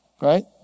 Right